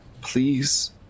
please